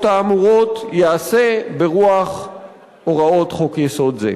האמורות יעשה ברוח הוראות חוק-יסוד זה.